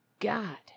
God